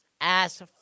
ass